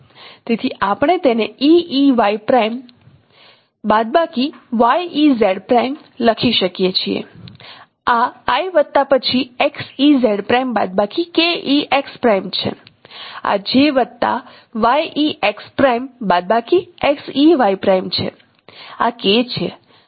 તેથી આપણે તેને e e y પ્રાઈમ બાદબાકી y e z પ્રાઈમ લખી શકીએ છીએ આ i વત્તા પછી x e z પ્રાઈમ બાદબાકી k e x પ્રાઈમ છે આ j વત્તા y e x પ્રાઈમ બાદબાકી x e y પ્રાઈમ છે આ K છે